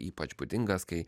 ypač būdingas kai